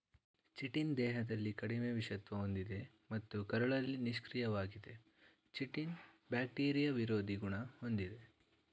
chitin ದೇಹದಲ್ಲಿ ಕಡಿಮೆ ವಿಷತ್ವ ಹೊಂದಿದೆ ಮತ್ತು ಕರುಳಲ್ಲಿ ನಿಷ್ಕ್ರಿಯವಾಗಿದೆ ಚಿಟಿನ್ ಬ್ಯಾಕ್ಟೀರಿಯಾ ವಿರೋಧಿ ಗುಣ ಹೊಂದಿದೆ